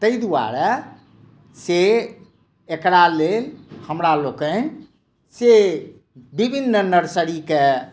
ताहि दुआरे सॅं एकरा लेल हमरा लोकनि से विभिन्न नर्सरी के